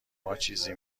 ماچیزی